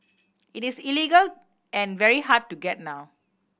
it is illegal and very hard to get now